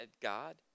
God